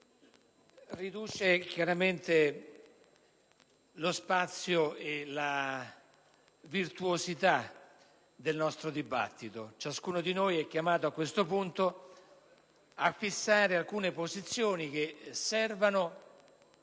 riduce chiaramente lo spazio e la virtuosità del nostro dibattito. Ciascuno di noi è chiamato a questo punto a fissare alcune posizioni che servano